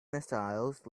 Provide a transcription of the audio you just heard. missiles